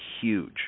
huge